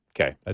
Okay